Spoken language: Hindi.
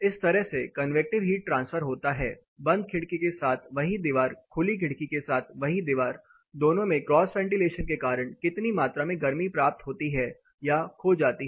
इस तरह से कन्वेकटिव हीट ट्रांसफर होता है बंद खिड़की के साथ वही दीवार खुली खिड़की के साथ वही दीवार दोनों में क्रॉस वेंटिलेशन के कारण कितनी मात्रा में गर्मी प्राप्त होती है या खो जाती है